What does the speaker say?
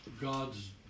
God's